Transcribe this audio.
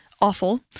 awful